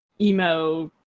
emo